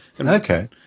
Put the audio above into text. Okay